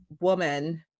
woman